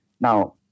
Now